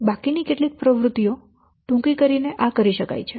બાકીની કેટલીક પ્રવૃત્તિઓ ટૂંકી કરીને આ કરી શકાય છે